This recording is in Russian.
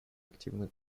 активный